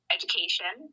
education